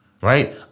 Right